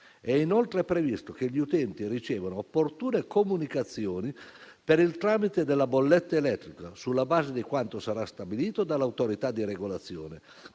È inoltre previsto che gli utenti ricevano opportune comunicazioni per il tramite della bolletta elettrica sulla base di quanto sarà stabilito dall'autorità di regolazione,